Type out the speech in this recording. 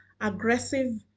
aggressive